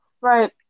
right